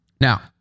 Now